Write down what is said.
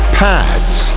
pads